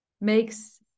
makes